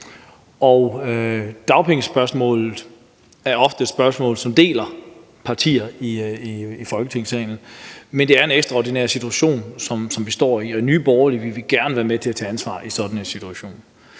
Og dagpengespørgsmålet er ofte et spørgsmål, som deler partierne i Folketingssalen. Men det er en ekstraordinær situation, som vi står i, og i Nye Borgerlige vil vi gerne være med til at tage ansvar i sådan en situation.